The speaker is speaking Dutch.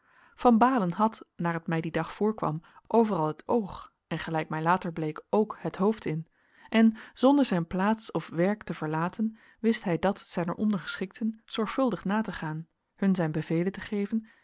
van baalen had naar het mij dien dag voorkwam overal het oog en gelijk mij later bleek ook liet hoofd in en zonder zijn plaats of werk te verlaten wist hij dat zijner ondergeschikten zorgvuldig na te gaan hun zijn bevelen te geven